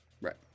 Right